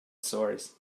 sores